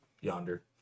yonder